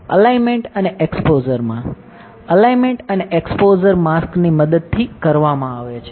alignment અને એક્સ્પોઝરમાં alignment અને એક્સપોઝર માસ્કની મદદથી કરવામાં આવે છે